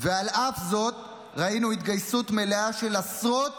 ועל אף זאת ראינו התגייסות מלאה של עשרות